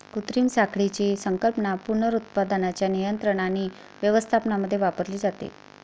कृत्रिम साखळीची संकल्पना पुनरुत्पादनाच्या नियंत्रण आणि व्यवस्थापनामध्ये वापरली जाते